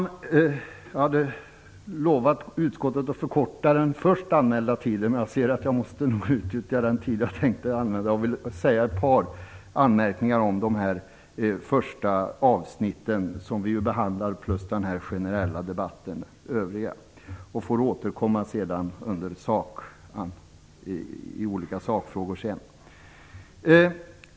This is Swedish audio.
Jag hade lovat utskottet att förkorta mitt anförande i förhållande till den först anmälda taletiden, men jag ser att jag nog måste utnyttja den tid jag tänkte använda till att göra ett par anmärkningar om de första avsnitten som vi behandlar samt den generella debatten i övriga frågor. Jag får återkomma i olika sakfrågor senare.